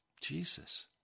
Jesus